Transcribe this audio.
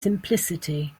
simplicity